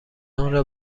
آنرا